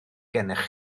gennych